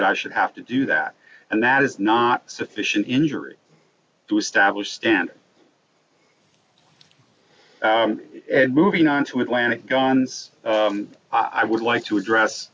that i should have to do that and that is not sufficient injury to establish stand and moving on to atlantic guns i would like to address